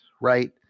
right